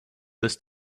this